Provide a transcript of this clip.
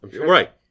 Right